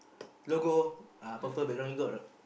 logo uh purple below it got or